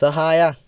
ಸಹಾಯ